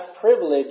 privilege